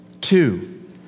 Two